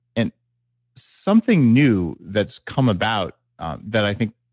and something new that's come about that i think